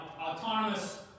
autonomous